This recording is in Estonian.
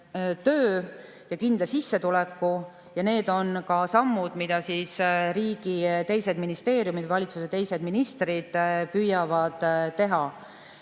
töö ja kindla sissetuleku. Need on ka sammud, mida riigi teised ministeeriumid, valitsus ja teised ministrid püüavad teha.